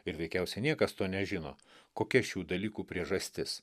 ir veikiausiai niekas to nežino kokia šių dalykų priežastis